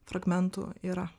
fragmentų yra